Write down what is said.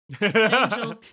Angel